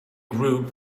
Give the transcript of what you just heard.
group